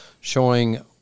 showing